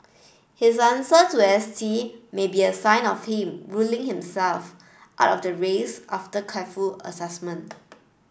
his answer to S T may be a sign of him ruling himself out of the race after careful assessment